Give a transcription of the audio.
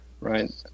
right